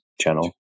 channel